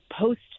post